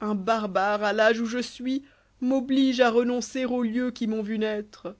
un barbare à l'âge où je suis m'oblige à renoncer aux lieux qui m'ont vu naître